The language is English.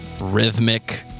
rhythmic